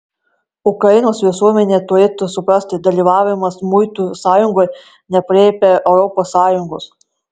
ukrainos visuomenė turėtų suprasti dalyvavimas muitų sąjungoje neaprėpia europos sąjungos